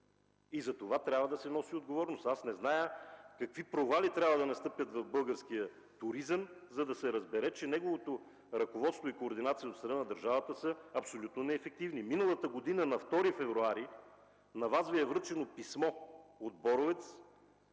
Затова трябва да се носи отговорност! Аз не зная какви провали трябва да настъпят в българския туризъм, за да се разбере, че неговото ръководство и координация от страна на държавата са абсолютно неефективни! На 2 февруари миналата година Ви е връчено писмо от Боровец,